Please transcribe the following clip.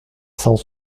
cent